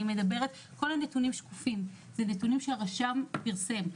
כל הנתונים שקופים, אלה נתונים שהרשם פרסם.